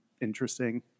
interesting